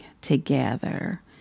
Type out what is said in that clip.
together